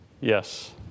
Yes